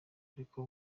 ariko